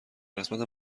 قسمت